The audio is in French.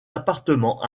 appartement